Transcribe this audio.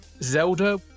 Zelda